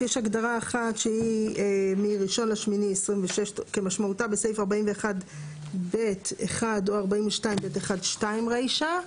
יש הגדרה אחת שהיא מ-1.8.26 כמשמעותה בסעיף 41ב(1) או 42ב(1)(2) רישה.